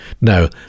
No